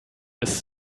ist